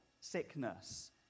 sickness